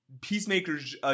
Peacemaker's